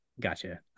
Gotcha